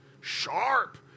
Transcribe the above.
Sharp